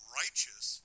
righteous